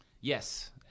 Yes